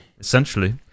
Essentially